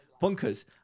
bunkers